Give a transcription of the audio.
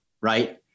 right